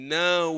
now